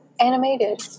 Animated